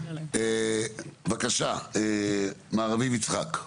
בבקשה, מר אביב יצחק.